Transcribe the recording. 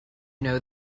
know